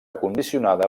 condicionada